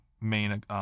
main